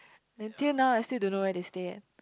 until now I still don't know where they stay at